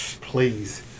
Please